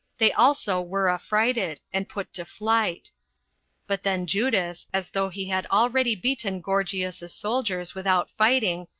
they also were affrighted, and put to flight but then judas, as though he had already beaten gorgias's soldiers without fighting,